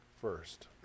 first